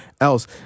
else